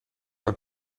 were